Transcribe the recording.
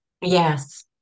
Yes